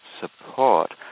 support